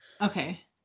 Okay